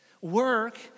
Work